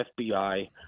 FBI